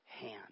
hand